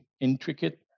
intricate